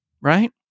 Right